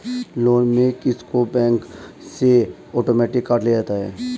loan में क़िस्त को बैंक से आटोमेटिक काट लिया जाता है